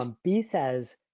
um b says,